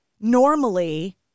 normally